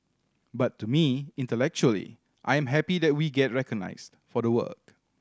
but to me intellectually I am happy that we get recognised for the work